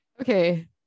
Okay